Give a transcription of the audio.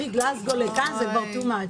מגלזגו לכאן זה כבר too much.